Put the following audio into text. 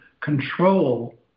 control